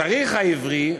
התאריך העברי,